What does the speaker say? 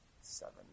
seven